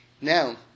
Now